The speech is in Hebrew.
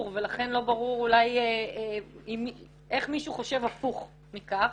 ולכן לא ברור אולי איך מישהו חושב הפוך מכך,